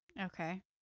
Okay